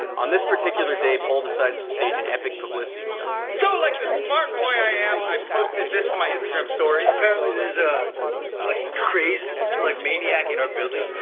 on this particular day paul decides to stage an epic publicity stunt. so like the smart boy i am, i posted this to my instagram story. apparently, there's a like crazed like maniac in our building.